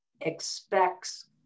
expects